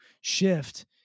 shift